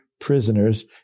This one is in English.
prisoners